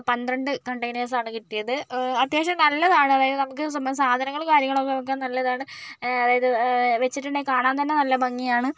പന്ത്രണ്ട് കണ്ടൈനേഴ്സാണ് കിട്ടിയത് അത്യാവശ്യം നല്ലതാണ് അതായത് നമുക്ക് സ്വന്തം സാധനങ്ങൾ കാര്യങ്ങൾ ഒക്കെ വെക്കാൻ നല്ലതാണ് അതായത് വെച്ചിട്ടുണ്ടെങ്കിൽ കാണാൻ തന്നെ നല്ല ഭംഗിയാണ്